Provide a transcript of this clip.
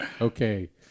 Okay